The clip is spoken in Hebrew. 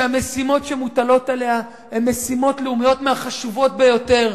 שהמשימות שמוטלות עליה הן משימות לאומיות מהחשובות ביותר,